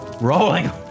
Rolling